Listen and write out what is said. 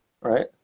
right